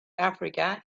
africa